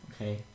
Okay